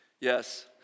Yes